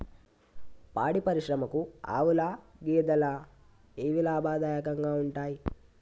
పాడి పరిశ్రమకు ఆవుల, గేదెల ఏవి లాభదాయకంగా ఉంటయ్?